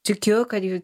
tikiu kad jų